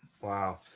Wow